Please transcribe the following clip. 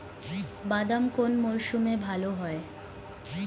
বাদাম কোন মরশুমে ভাল হয়?